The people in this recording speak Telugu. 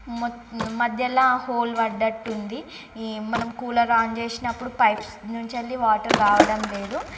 మొ మధ్యలో హోల్ పడ్డట్టు ఉంది ఈ మనం కూలర్ ఆన్ చేసినప్పుడు పైప్స్ నుంచి వెళ్ళి వాటర్ రావడం లేదు